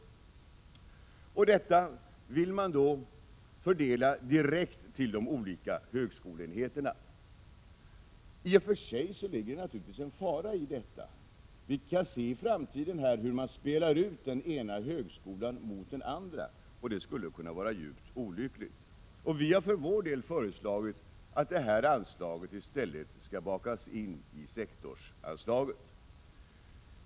Detta anslag vill man fördela direkt till de olika högskoleenheterna. I och för sig ligger det naturligtvis en fara i detta. I framtiden kommer man att kunna spela ut den ena högskolan mot den andra. Det skulle vara djupt olyckligt. Vi har för vår del föreslagit att detta anslag i stället skall bakas in i sektorsanslaget.